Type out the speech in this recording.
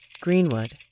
Greenwood